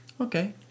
Okay